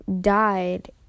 died